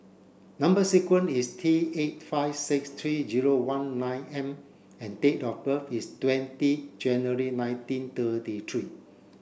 number sequence is T eight five six three zero one nine M and date of birth is twenty January nineteen thirty three